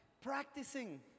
Practicing